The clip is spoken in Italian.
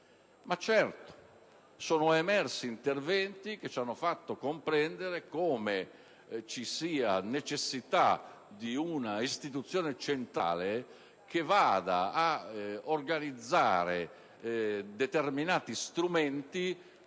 Sono emersi interventi che ci hanno fatto comprendere come ci sia necessità di un'istituzione centrale che vada a organizzare determinati strumenti